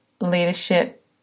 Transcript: leadership